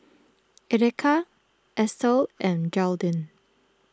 Erika Estel and Jaidyn